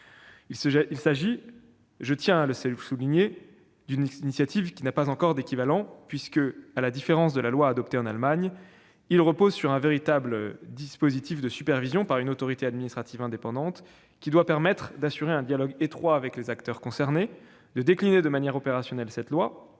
initiative, je tiens à le souligner, n'a pas encore d'équivalent, puisque, à la différence de la loi adoptée en Allemagne, elle repose sur un véritable dispositif de supervision par une autorité administrative indépendante, destiné à assurer un dialogue étroit avec les acteurs concernés, à décliner de manière opérationnelle la future loi